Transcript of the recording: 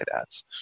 ads